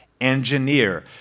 engineer